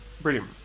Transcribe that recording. Brilliant